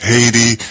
Haiti